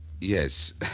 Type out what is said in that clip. Yes